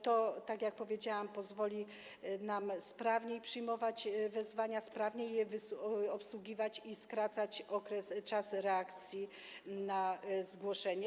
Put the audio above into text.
To, tak jak powiedziałam, pozwoli nam sprawniej przyjmować wezwania, sprawniej to obsługiwać i skracać okres, czas reakcji na zgłoszenie.